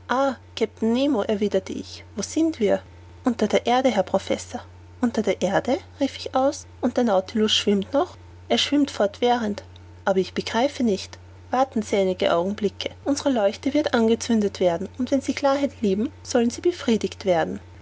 erwiderte ich wo sind wir unter der erde herr professor unter der erde rief ich aus und der nautilus schwimmt noch er schwimmt fortwährend aber ich begreife nicht warten sie einige augenblicke unsere leuchte wird angezündet werden und wenn sie klarheit lieben sollen sie befriedigt werden